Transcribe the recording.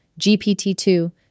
GPT-2